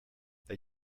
they